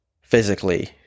physically